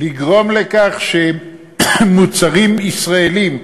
לגרום לכך שמוצרים ישראליים,